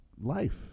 life